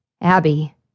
Abby